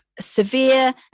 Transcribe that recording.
severe